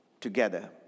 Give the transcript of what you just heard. together